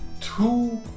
Two